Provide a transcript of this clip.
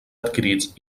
adquirits